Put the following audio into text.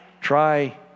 try